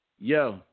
Yo